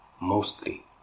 mostly